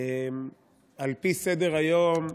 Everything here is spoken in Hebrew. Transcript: על פי סדר-היום,